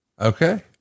Okay